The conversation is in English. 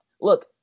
Look